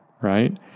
right